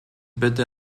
bitte